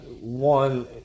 one